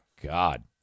God